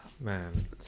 Man